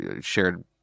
shared